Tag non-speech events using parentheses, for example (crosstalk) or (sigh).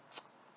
(noise)